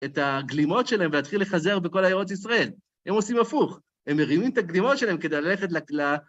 את הגלימות שלהם, ולהתחיל לחזר בכל עיירות ישראל. הם עושים הפוך, הם מרימים את הגלימות שלהם כדי ללכת לק... ל...